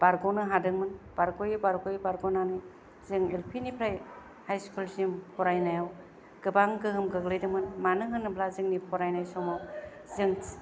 बारग'नो हादोंमोन बारगयै बारगयै बारग'नानै जों एल फि निफ्राय हाय स्कुलसिम फरायनायाव गोबां गोहोम गोग्लैदोंमोन मानो होनोब्ला जोंनि फरायनाय समाव जों